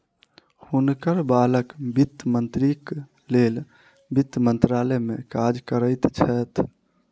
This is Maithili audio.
हुनकर बालक वित्त मंत्रीक लेल वित्त मंत्रालय में काज करैत छैथ